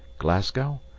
glasgow,